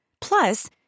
Plus